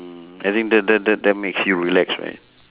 mm I think that that that that makes you relax right